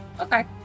Okay